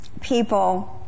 people